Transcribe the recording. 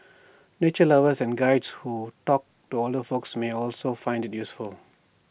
nature lovers and Guides who talk to older folks may also find IT useful